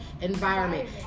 environment